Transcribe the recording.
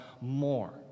more